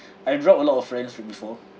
I drop a lot of friends from before